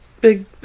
big